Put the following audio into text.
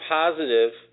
positive